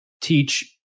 teach